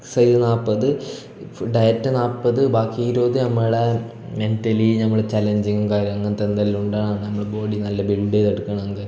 cell നാൽപ്പത് diet നാൽപ്പത് ബാക്കി ഇരുപത് നമ്മുടെ മെൻ്റലി നമ്മൾ ചലഞ്ചിങ് കാർ അങ്ങനത്തെ എന്തെല്ലാം ഉണ്ടാണ് നമ്മൾ ബോഡി നല്ലോം ബിൽഡ് ചെയ്തെടുക്കണാങ്കിൽ